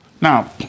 Now